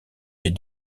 est